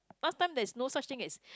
last time there's no such thing as